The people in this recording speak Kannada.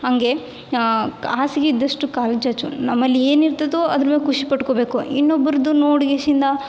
ಹಂಗೆ ಹಾಸಿಗೆ ಇದ್ದಷ್ಟು ಕಾಲು ಚಾಚು ನಮ್ಮಲ್ಲಿ ಏನು ಇರ್ತದೋ ಅದ್ರ ಬಗ್ಗೆ ಖುಷಿ ಪಟ್ಕೊಬೇಕು ಇನ್ನೊಬ್ರದ್ದು ನೋಡ್ಗೇಶಿಂದ